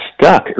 stuck